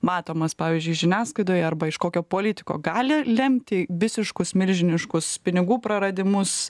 matomas pavyzdžiui žiniasklaidoj arba iš kokio politiko gali lemti visiškus milžiniškus pinigų praradimus